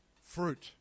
fruit